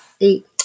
eight